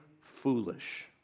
foolish